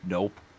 Nope